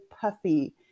puffy